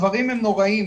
הדברים הם נוראיים.